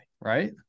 right